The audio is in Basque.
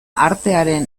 artearen